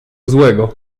złego